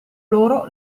loro